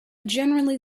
generally